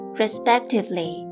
respectively